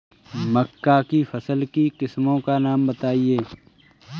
मक्का की फसल की किस्मों का नाम बताइये